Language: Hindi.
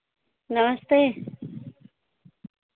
नमस्ते